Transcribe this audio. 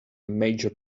major